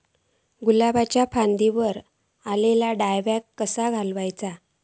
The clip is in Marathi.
गुलाबाच्या फांदिर एलेलो डायबॅक कसो घालवं?